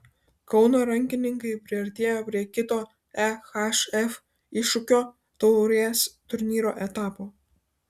kauno rankininkai priartėjo prie kito ehf iššūkio taurės turnyro etapo